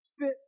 fit